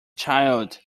child